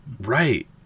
Right